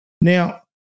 Now